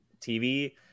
TV